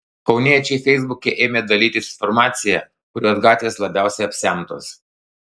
kauniečiai feisbuke ėmė dalytis informacija kurios gatvės labiausiai apsemtos